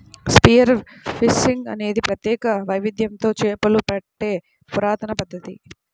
spear fishing అనేది ప్రత్యేక వైవిధ్యంతో చేపలు పట్టే పురాతన పద్ధతి